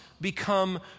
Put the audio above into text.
become